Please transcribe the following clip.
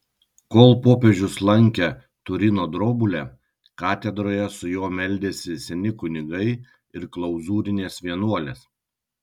kol popiežius lankė turino drobulę katedroje su juo meldėsi seni kunigai ir klauzūrinės vienuolės